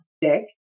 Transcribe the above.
dick